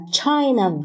，China